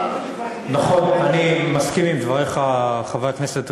נכון, אני מסכים עם דבריך, חבר הכנסת ריבלין,